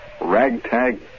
ragtag